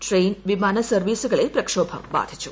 train വിമാന സർവ്വീസുകളെ പ്രക്ഷോഭം ബാധിച്ചു